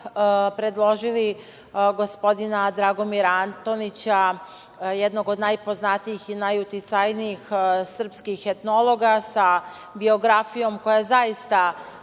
predložili gospodina Dragomira Antonića, jednog od najpoznatijih i najuticajnijih srpskih etnologa, sa biografijom koja zaista